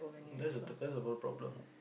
that's the t~ that's the whole problem